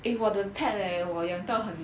eh 我的 pet leh 我养到很